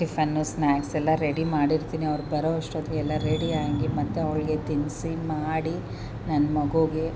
ಟಿಫನ್ನು snacks ಎಲ್ಲ ready ಮಾಡಿರ್ತೀನಿ ಅವ್ರು ಬರೋಷ್ಟೊತ್ತಿಗೆ ಎಲ್ಲ ರೆಡಿಯಾಗಿ ಮತ್ತು ಅವಲಿಗೆ ತಿನ್ನಿಸಿ ಮಾಡಿ ನನ್ನ ಮಗುಗೆ